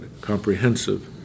comprehensive